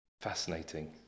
Fascinating